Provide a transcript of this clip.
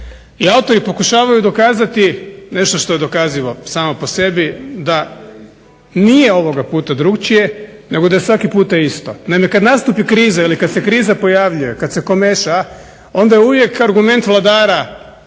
i autori pokušavaju dokazati nešto što je dokazivo samo po sebi da nije ovoga puta drukčije nego da je svaki puta isto. Naime, kada nastupi kriza ili kada se kriza pojavljuje kada se komeša onda je uvijek argument vladara